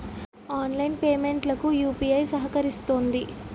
online payment లకు UPI సహకరిస్తుంది